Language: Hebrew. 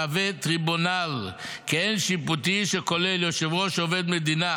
המהווה טריבונל כעין שיפוטי שכולל יושב-ראש עובד מדינה,